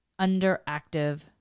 underactive